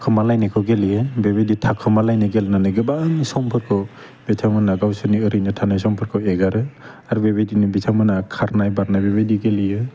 थाखोमा लायनायखौ गेलेयो बेबायदि थाखुमालायनाय गेलेनानै गोबां समफोरखौ बिथांमोनहा गावसोरनि ओरैनो थानाय समफोरखौ एगारो आरो बेबायदिनो बिथांमोनहा खारनाय बारनाय बेबायदि गेलेयो